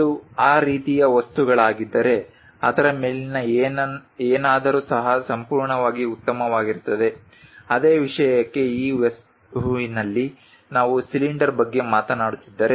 ಅದು ಆ ರೀತಿಯ ವಸ್ತುಗಳಾಗಿದ್ದರೆ ಅದರ ಮೇಲಿನ ಏನಾದರೂ ಸಹ ಸಂಪೂರ್ಣವಾಗಿ ಉತ್ತಮವಾಗಿರುತ್ತದೆ ಅದೇ ವಿಷಯಕ್ಕೆ ಈ ವಸ್ತುವಿನಲ್ಲಿ ನಾವು ಸಿಲಿಂಡರ್ ಬಗ್ಗೆ ಮಾತನಾಡುತ್ತಿದ್ದರೆ